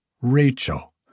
Rachel